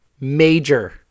major